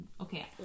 Okay